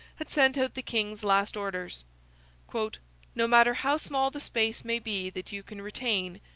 had sent out the king's last orders no matter how small the space may be that you can retain,